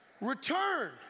Return